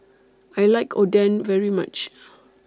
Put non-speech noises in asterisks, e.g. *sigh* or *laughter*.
I like Oden very much *noise*